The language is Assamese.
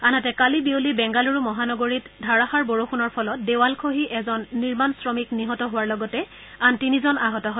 আনহাতে কালি বিয়লি বেংগালুৰু মহানগৰীত ধাৰাষাৰ বৰষুণৰ ফলত দেৱাল খহি এজন নিৰ্মাণ শ্ৰমিক নিহত হোৱাৰ লগতে আন তিনিজন আহত হয়